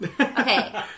Okay